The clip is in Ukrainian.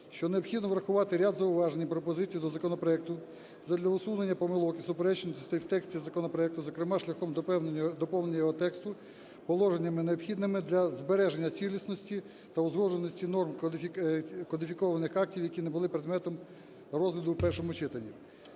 що необхідно врахувати ряд зауважень і пропозицій до законопроекту задля усунення помилок і суперечностей в тексті законопроекту, зокрема шляхом доповнення його тексту, положеннями необхідними для збереження цілісності та узгодженості норм кодифікованих актів, які не були предметом розгляду в першому читанні.